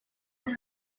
are